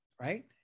right